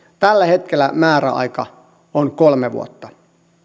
tällä hetkellä määräaika on kolme vuotta